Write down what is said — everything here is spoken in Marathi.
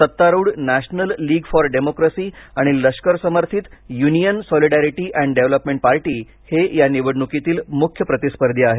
सत्तारुढ नॅशनल लिग फॉर डेमोक्रसी आणि लष्कर समर्थित union solidarity and development party हे या निवडणुकीतील मुख्य प्रतिस्पर्धी आहेत